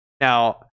now